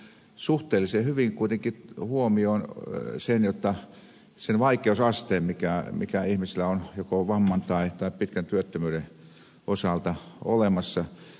se on ottanut suhteellisen hyvin kuitenkin huomioon sen vaikeusasteen mikä ihmisillä on joko vamman tai pitkän työttömyyden osalta olemassa